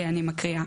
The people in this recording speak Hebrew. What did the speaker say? אני מקריאה: